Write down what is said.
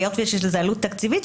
היות שיש לזה עלות תקציבית,